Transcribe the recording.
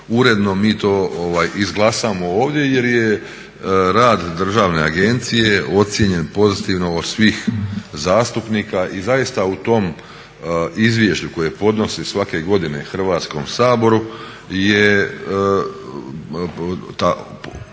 uredno mi to izglasamo ovdje jer je rad državne agencije ocijenjen pozitivnom od svih zastupnika i zaista u tom izvješću koje podnosi svake godine Hrvatskom saboru je